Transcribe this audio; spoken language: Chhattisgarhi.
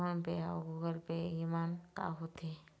फ़ोन पे अउ गूगल पे येमन का होते?